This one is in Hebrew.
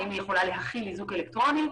האם היא יכולה להכיל איזוק אלקטרוני.